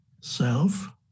self